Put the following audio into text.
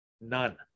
None